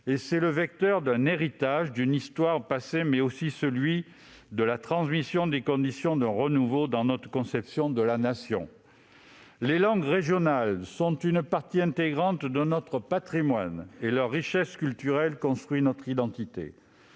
C'est le vecteur d'un héritage, d'une histoire passée, mais aussi celui de la transmission des conditions d'un renouveau dans notre conception de la Nation. Les langues régionales sont une partie intégrante de notre patrimoine et leur richesse culturelle construit notre identité.